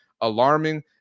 alarming